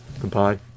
Goodbye